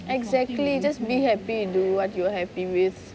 exactly just be happy and do what you are happy with